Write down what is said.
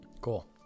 cool